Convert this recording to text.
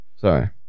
sorry